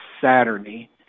Saturday